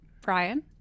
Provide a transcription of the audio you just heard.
Brian